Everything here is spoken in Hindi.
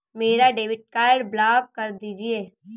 मेरा डेबिट कार्ड ब्लॉक कर दीजिए